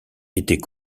étaient